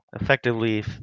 effectively